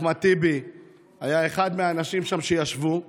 אחמד טיבי היה אחד האנשים שישבו שם.